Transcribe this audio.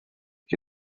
che